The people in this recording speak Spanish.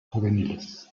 juveniles